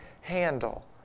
handle